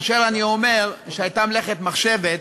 כאשר אני אומר שהייתה מלאכת מחשבת,